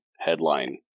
headline